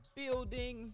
building